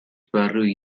برروی